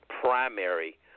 primary